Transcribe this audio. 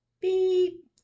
beep